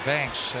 Banks